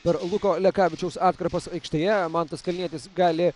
per luko lekavičiaus atkarpas aikštėje mantas kalnietis gali